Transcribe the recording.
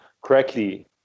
correctly